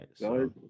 right